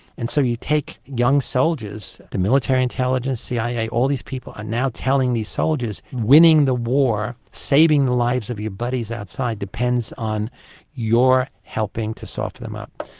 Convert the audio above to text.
and so you take young soldiers, the military intelligence, the cia, all these people are now telling these soldiers winning the war, saving the lives of your buddies outside depends on your helping to soften them up.